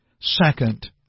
Second